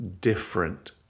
different